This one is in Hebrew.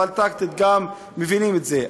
אבל גם טקטית מבינים את זה.